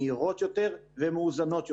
מהירות יותר ומאוזנות יותר,